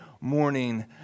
morning